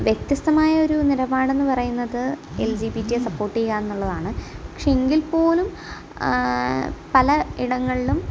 വ്യത്യസ്തമായ ഒരു നിലപാടെന്ന് പറയുന്നത് L G V K support ചെയ്യുക എന്നുള്ളതാണ് പക്ഷേ എങ്കിൽ പോലും പല ഇടങ്ങളിലും